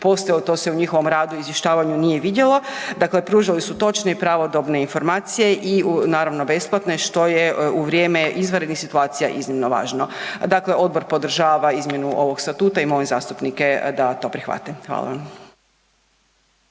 postojali to se u njihovom radu i izvještavanju nije vidjelo. Dakle, pružali su točne i pravodobne informacije i naravno besplatne što je u vrijeme izvanrednih situacija iznimno važno. Dakle, odbor podržava izmjenu ovog statuta i molim zastupnike da to prihvate. Hvala.